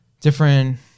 different